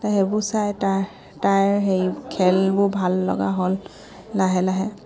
তাইৰ সেইবোৰ চাই তাইৰ তাইৰ হেৰি খেলবোৰ ভাল লগা হ'ল লাহে লাহে